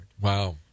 Wow